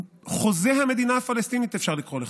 חוזה המדינה הפלסטינית אפשר לקרוא לך.